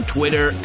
Twitter